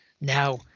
now